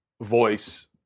voice